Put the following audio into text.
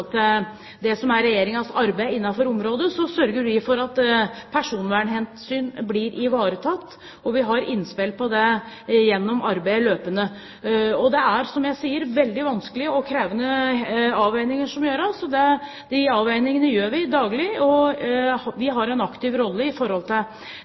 arbeid innenfor dette området sørger vi for at personvernhensyn blir ivaretatt. Vi har innspill på det gjennom løpende arbeid. Det er, som jeg sier, veldig vanskelig og krevende avveininger som gjøres, og de avveiningene gjør vi daglig.